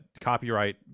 copyright